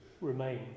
remain